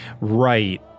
Right